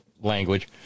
language